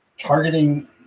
targeting